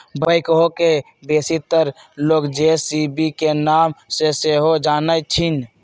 backhoe के बेशीतर लोग जे.सी.बी के नाम से सेहो जानइ छिन्ह